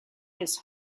his